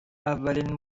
اولین